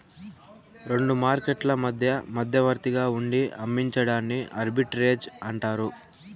రెండు మార్కెట్లు మధ్య మధ్యవర్తిగా ఉండి అమ్మించడాన్ని ఆర్బిట్రేజ్ అంటారు